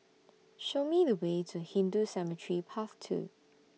Show Me The Way to Hindu Cemetery Path two